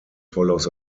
follows